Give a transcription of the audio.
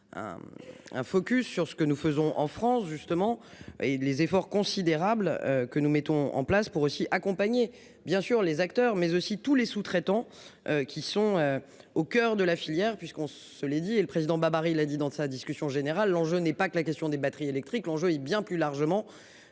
un focus sur ce que nous faisons en France justement. Et les efforts considérables que nous mettons en place pour aussi accompagner bien sûr les acteurs mais aussi tous les sous-traitants qui sont au coeur de la filière puisqu'on se les dit et le président Babary a dit dans sa discussion générale. L'enjeu n'est pas que la question des batteries électriques, l'enjeu est bien plus largement.